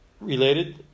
related